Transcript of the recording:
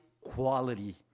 quality